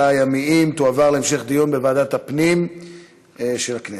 הימיים תועבר להמשך דיון בוועדת הפנים של הכנסת.